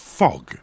fog